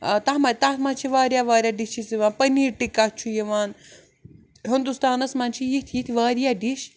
تَتھ ما تَتھ منٛز چھِ واریاہ واریاہ ڈِشِز یِوان پٔنیٖر ٹِکا چھُ یِوان ہِندوستانَس منٛز چھِ یِتھۍ یِتھۍ واریاہ ڈِش